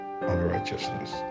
unrighteousness